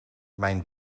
mijn